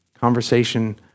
conversation